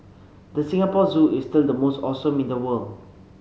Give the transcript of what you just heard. the Singapore Zoo is still the most awesome in the world